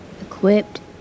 equipped